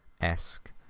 esque